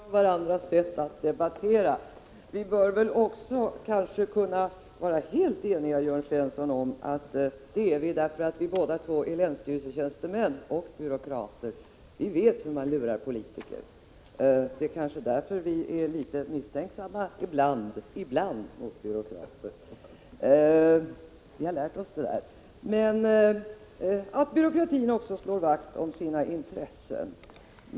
STulSFunkionenino hi Herr talman! Det var intressant att Jörn Svensson och jag har ungefär (äfunalvärden samma åsikter om varandras sätt att debattera. Vi bör kanske också kunna vara helt eniga om att vi har det därför att vi båda två är länsstyrelsetjänste män och byråkrater. Vi vet hur man lurar politiker. Det är kanske därför vi är litet misstänksamma ibland — jag säger ibland — mot byråkrater. Vi har lärt oss att byråkratin också slår vakt om sina intressen.